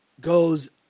goes